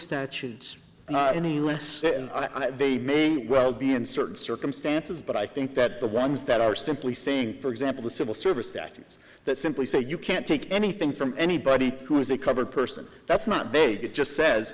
statutes any less than they may well be in certain circumstances but i thing that the ones that are simply saying for example the civil service that is that simply say you can't take anything from anybody who is a covered person that's not bake it just says